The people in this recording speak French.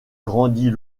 grandit